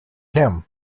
him